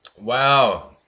Wow